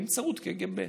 באמצעות קג"ב.